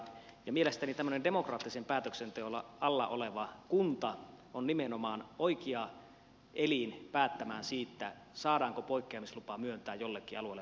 mielestäni tämmöinen demokraattisen päätöksenteon alla oleva kunta on nimenomaan oikea elin päättämään siitä saadaanko poikkeamislupa myöntää jollekin alueelle vai ei